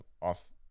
off